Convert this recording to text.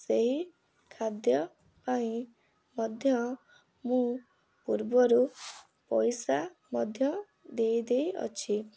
ସେହି ଖାଦ୍ୟ ପାଇଁ ମଧ୍ୟ ମୁଁ ପୂର୍ବରୁ ପଇସା ମଧ୍ୟ ଦେଇ ଦେଇଅଛି